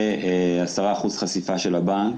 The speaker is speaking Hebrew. ו-10% חשיפה של הבנק.